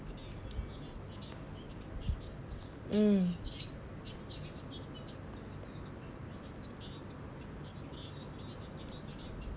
mm